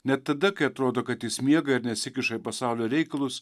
net tada kai atrodo kad jis miega ir nesikiša į pasaulio reikalus